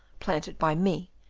planted by me,